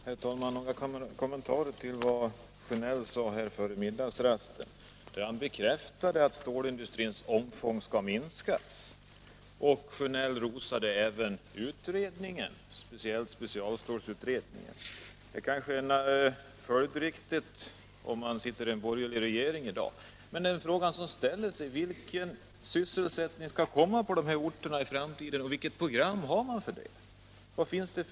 Herr talman! Jag skall göra några kommentarer till vad herr Sjönell sade här före middagsrasten, där han bekräftade att stålindustrins omfång skall minskas. Herr Sjönell rosade speciellt specialstålutredningen. Det är kanske följdriktigt när det sitter en borgerlig regering. Men vilken sysselsättning skall de här orterna få i framtiden, och vilket program har man? Vilka idéer finns det?